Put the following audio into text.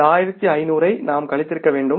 இந்த 1500 ஐ நாம் கழித்திருக்க வேண்டும்